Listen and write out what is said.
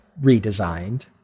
redesigned